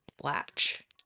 latch